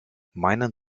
meinen